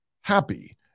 Happy